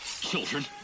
Children